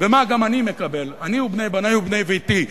ומה גם אני מקבל, אני ובני ובני ביתי.